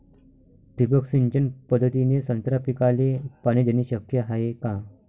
ठिबक सिंचन पद्धतीने संत्रा पिकाले पाणी देणे शक्य हाये का?